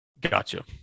Gotcha